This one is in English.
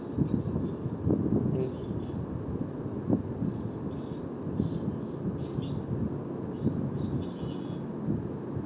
okay